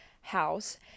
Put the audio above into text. house